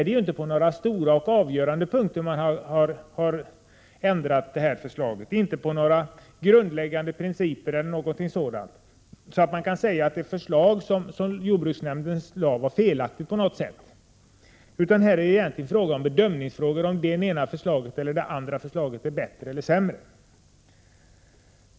Det är visserligen inte på några avgörande punkter gällande grundläggande principer, där man skulle kunna säga att jordbruksnämnden lade fram ett förslag som var felaktigt på något sätt. Det har mera handlat om bedömningsfrågor, om det ena eller det andra är bättre eller sämre.